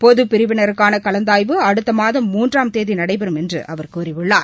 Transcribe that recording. பொதுப்பிரிவினருக்கான கலந்தாய்வு அடுத்த மாதம் மூன்றாம் தேதி நடைபெறும் அவர் கூறியுள்ளார்